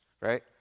right